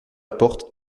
porte